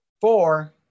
Four